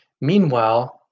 meanwhile